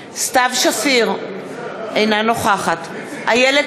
שפיר, אינה נוכחת איילת